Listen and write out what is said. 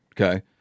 Okay